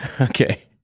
Okay